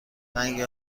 رنگ